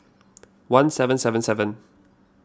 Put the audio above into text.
one seven seven seven